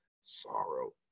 sorrow